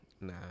Nah